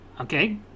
Okay